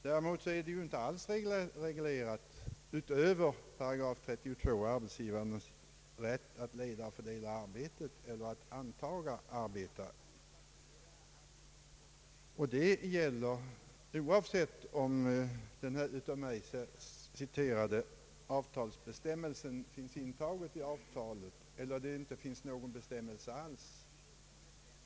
Däremot är ju arbetsgivarens rätt att leda och fördela arbetet eller att antaga arbetare inte alls reglerad, utöver 8 32. Det gäller oavsett om den av mig nämnda bestämmelsen finns intagen i avtalet eller det inte finns någon bestämmelse alls.